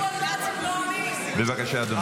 בבקשה, אדוני.